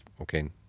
okay